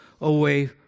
away